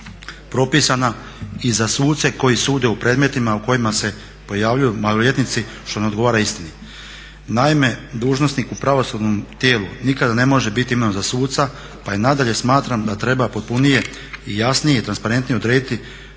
propisana i za suce koji sude u predmetima u kojima se pojavljuju maloljetnici što ne odgovara istini. Naime, dužnosnik u pravosudnom tijelu nikada ne može biti imenovan za suca pa i nadalje smatram da treba potpunije, jasnije i transparentnije odrediti